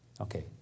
Okay